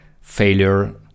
Failure